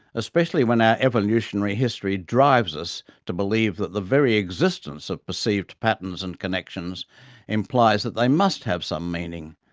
especially when our evolutionary history drives us to believe that the very existence of perceived patterns and connections implies that they must have some meaning,